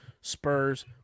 Spurs